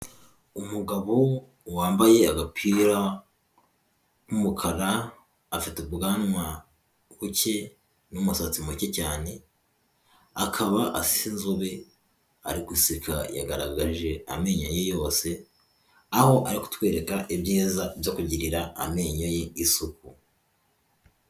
Umugabo wambaye agapira k'umukara afite ubwanwa buke n'umusatsi muke cyane, akaba asa inzobe ari guseka yagaragaje amenyo ye yose aho ari kutwereka ibyiza byo kugirira amenyo ye isuku.